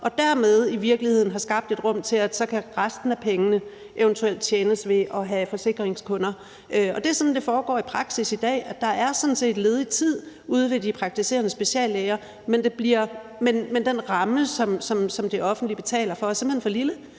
og dermed i virkeligheden har skabt et rum for, at så kan resten af pengene eventuelt tjenes ved at have forsikringskunder. Det er sådan, det foregår i praksis i dag; der er sådan set ledig tid ude ved de praktiserende speciallæger, men den ramme, som det offentlige betaler for, er simpelt hen for lille.